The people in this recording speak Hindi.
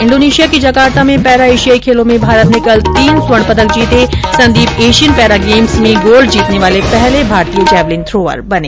इंडोनेशिया के जकार्ता में पैरा एशियाई खेलों में भारत ने कल तीन स्वर्ण पदक जीते संदीप एशियन पैरा गेम्स में गोल्ड जीतने वाले पहले भारतीय जैवलिन थ्रोअर बने